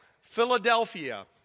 Philadelphia